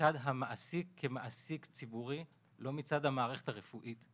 מצד המעסיק כמעסיק ציבורי, לא מצד המערכת הרפואית.